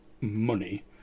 money